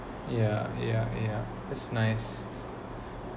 ya ya ya that's nice